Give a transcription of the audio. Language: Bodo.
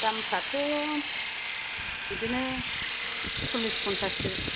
दामफ्राथ' बिदिनो सललिस फनसाससो